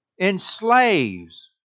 enslaves